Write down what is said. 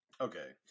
Okay